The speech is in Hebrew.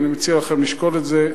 ואני מציע לכם לשקול את זה.